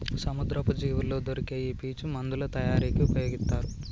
సముద్రపు జీవుల్లో దొరికే ఈ పీచు మందుల తయారీకి ఉపయొగితారు